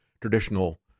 traditional